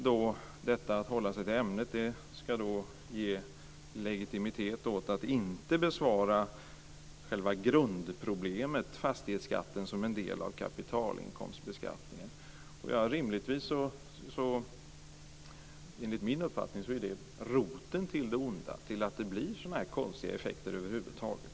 Detta att hålla sig till ämnet ska då ge legitimitet åt att inte besvara frågan om själva grundproblemet, nämligen fastighetsskatten som en del av kapitalinkomstbeskattningen. Enligt min uppfattning är den roten till det onda och gör att det blir sådana här konstiga effekter över huvud taget.